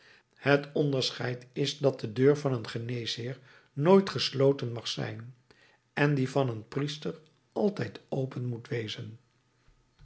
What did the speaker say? het onderscheid is dat de deur van een geneesheer nooit gesloten mag zijn en die van een priester altijd open moet wezen